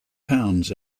pounds